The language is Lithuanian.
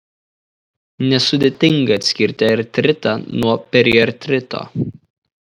nesudėtinga atskirti artritą nuo periartrito